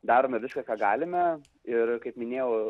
darome viską ką galime ir kaip minėjau